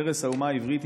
ערש האומה העברית,